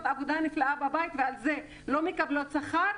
עבודה נפלאה בבית ועל זה לא מקבלות שכר,